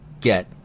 get